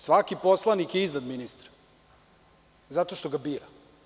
Svaki poslanik je iznad ministra zato što ga bira.